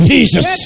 Jesus